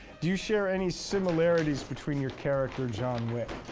do you share any similarities between your character john wick?